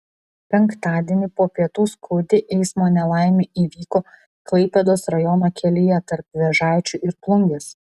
penktadienį po pietų skaudi eismo nelaimė įvyko klaipėdos rajono kelyje tarp vėžaičių ir plungės